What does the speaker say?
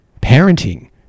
parenting